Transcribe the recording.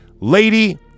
lady